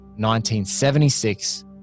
1976